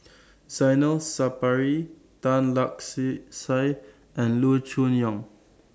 Zainal Sapari Tan Lark See Sye and Loo Choon Yong